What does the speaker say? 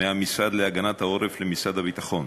מהמשרד להגנת העורף למשרד הביטחון,